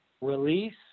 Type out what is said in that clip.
release